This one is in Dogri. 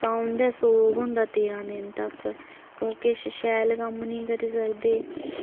तां उं'दे सोग होंदा तेरां दिन तक ओह् किश शैल कम्म नी करी सकदे